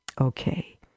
okay